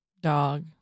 dog